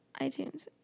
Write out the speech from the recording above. iTunes